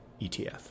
ETF